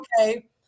okay